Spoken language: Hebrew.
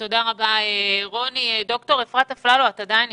רוני, תודה רבה.